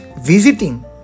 visiting